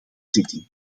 zitting